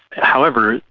however,